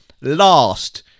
Last